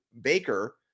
Baker